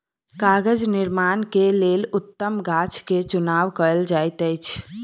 कागज़ निर्माण के लेल उत्तम गाछ के चुनाव कयल जाइत अछि